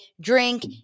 Drink